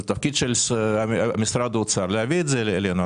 זה תפקיד של משרד האוצר להביא את זה אלינו.